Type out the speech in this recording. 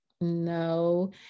no